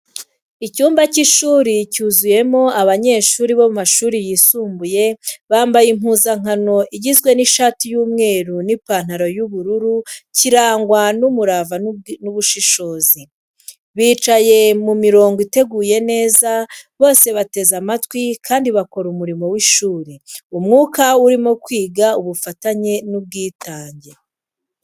Icyumba cy’ishuri cyuzuyemo abanyeshuri bo mu mashuri yisumbuye bambaye impuzankano igizwe n’ishati y’umweru n’ipantaro y'ubuluu kirangwa n’umurava n’ubushishozi. Bicaye mu mirongo iteguye neza, bose bateze amatwi kandi bakora umurimo w’ishuri. Umwuka urimo kwiga, ubufatanye, n’ubwitange.